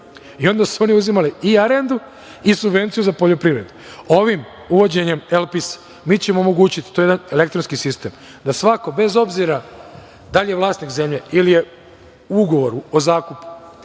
i onda su oni uzimali i arendu i subvenciju za poljoprivredu. Ovim uvođenjem „Elpis“ mi ćemo omogućiti, to je elektronski sistem, da svako bez obzira da li je vlasnik zemlje ili u ugovoru o zakupu